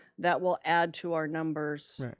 that will add to our numbers.